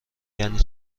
یعنی